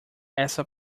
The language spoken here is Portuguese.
essa